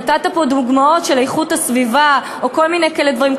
נתת פה דוגמאות של איכות הסביבה או כל מיני כאלה דברים.